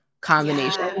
combination